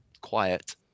quiet